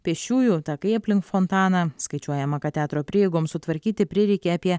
pėsčiųjų takai aplink fontaną skaičiuojama kad teatro prieigoms sutvarkyti prireikė apie